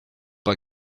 pas